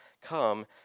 come